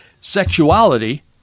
sexuality